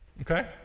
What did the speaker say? Okay